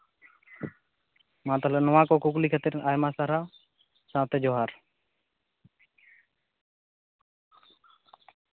ᱢᱟ ᱛᱟᱦᱞᱮ ᱱᱚᱣᱟ ᱠᱚ ᱠᱩᱠᱞᱤ ᱠᱷᱟᱹᱛᱤᱨ ᱟᱭᱢᱟ ᱥᱟᱨᱦᱟᱣ ᱥᱟᱶᱛᱮ ᱡᱚᱦᱟᱨ